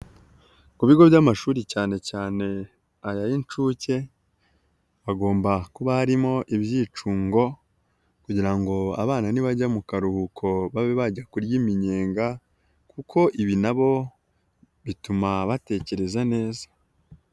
Ku bigo by'amashuri cyane cyane aya y'inshuke hagomba kuba harimo ibyicungo kugira ngo abana nibajya mu karuhuko babe bajya kurya iminyenga kuko ibi na bo bituma batekereza neza.